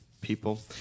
people